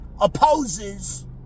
opposes